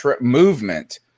movement